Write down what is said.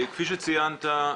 כפי שציינת,